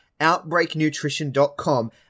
OutbreakNutrition.com